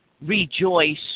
rejoice